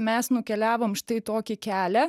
mes nukeliavom štai tokį kelią